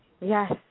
Yes